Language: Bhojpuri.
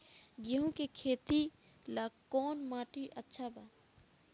गेहूं के खेती ला कौन माटी अच्छा बा?